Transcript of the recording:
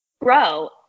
grow